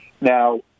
Now